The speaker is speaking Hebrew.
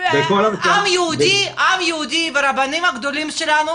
העם היהודי והרבנים הגדולים שלנו,